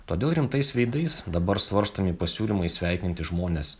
todėl rimtais veidais dabar svarstomi pasiūlymai sveikinti žmones